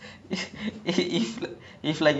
ya it's like !wah!